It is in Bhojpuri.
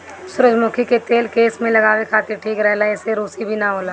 सुजरमुखी के तेल केस में लगावे खातिर ठीक रहेला एसे रुसी भी ना होला